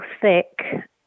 thick